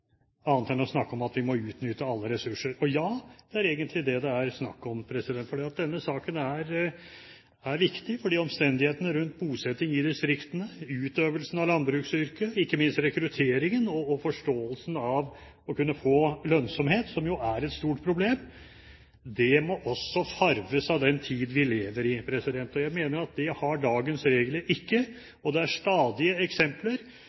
annet enn at han snakker om at vi må utnytte alle ressurser. Ja, det er egentlig dét det er snakk om, for denne saken er viktig, fordi omstendighetene rundt bosetting i distriktene, utøvelsen av landbruksyrket, ikke minst rekrutteringen og forståelsen av å kunne få lønnsomhet, som jo er et stort problem, også må farges av den tiden vi lever i. Jeg mener at det gjør dagens regler ikke. Det er stadig eksempler,